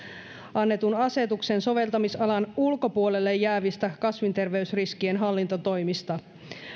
annetun asetuksen soveltamisalan ulkopuolelle jäävistä kasvinterveysriskien hallintatoimista